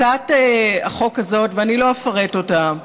הצעת החוק הזאת, ואני לא אפרט אותה,